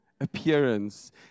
appearance